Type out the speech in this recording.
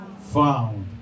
found